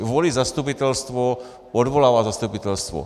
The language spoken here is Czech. Volí zastupitelstvo, odvolává zastupitelstvo.